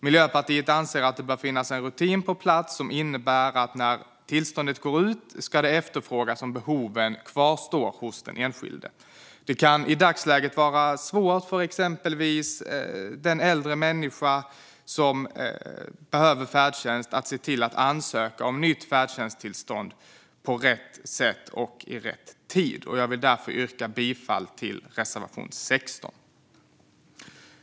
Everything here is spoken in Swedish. Miljöpartiet anser att det bör finnas en rutin på plats som innebär att man när ett tillstånd går ut ska efterfråga om behoven kvarstår hos den enskilde. Det kan vara svårt för exempelvis en äldre människa att ansöka om nytt färdtjänsttillstånd på rätt sätt och i rätt tid. Jag vill därför yrka bifall till reservation 16.